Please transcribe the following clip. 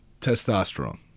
testosterone